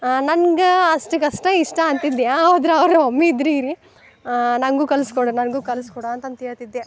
ನನ್ಗೆ ಅಷ್ಟಕ್ಕಷ್ಟ ಇಷ್ಟ ಅಂತಿದ್ಯಾ ಆದ್ರ ಅವ್ರಮ್ಮಿದ್ರಿರಿ ನನಗು ಕಲ್ಸ್ಕೊಡ ನನಗೂ ಕಲ್ಸ್ಕೊಡಾ ಅಂತಾಂತ ಹೇಳ್ತಿದ್ದೆ